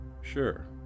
Sure